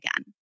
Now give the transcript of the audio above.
again